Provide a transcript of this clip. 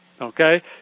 Okay